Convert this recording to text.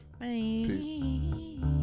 Peace